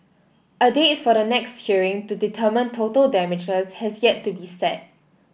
a date for the next hearing to determine total damages has yet to be set